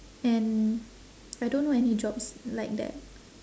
and I don't know any jobs like that